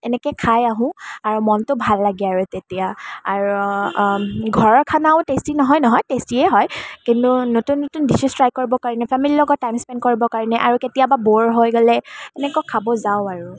এনেকৈ খাই আহোঁ আৰু মনটো ভাল লাগে আৰু তেতিয়া আৰু ঘৰৰ খানাও টেষ্টি নোহোৱা নহয় টেষ্টিয়ে হয় কিন্তু নতুন নতুন ডিশ্বেজ ট্ৰাই কৰিবৰ কাৰণে ফেমিলিৰ লগত টাইম স্পেণ্ড কৰিবৰ কাৰণে আৰু কেতিয়াবা ব'ৰ হৈ গ'লে এনেকুৱা খাব যাওঁ আৰু